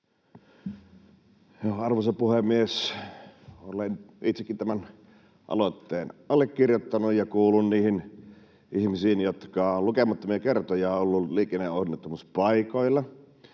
Arvoisa puhemies! Olen itsekin tämän aloitteen allekirjoittanut ja kuulun niihin ihmisiin, jotka lukemattomia kertoja ovat olleet liikenneonnettomuuspaikoilla